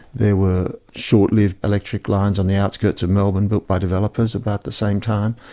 there were short-lived electric lines on the outskirts of melbourne, built by developers about the same time.